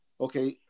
okay